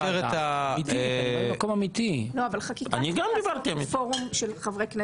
בעד הרביזיה, מי נגד,